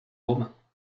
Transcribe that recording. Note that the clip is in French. romains